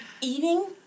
eating